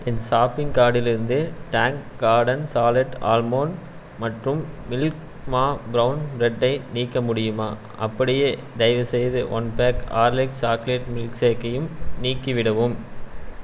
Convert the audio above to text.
என் shopping கார்ட்டிலிருந்து Tong Garden salted almond மற்றும் milk மா பிரவுன் பிரெட்டை நீக்க முடியுமா அப்படியே தயவுசெய்து one pack Horlicks chocolate milk ஷேக்கையும் நீக்கிவிடவும்